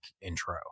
intro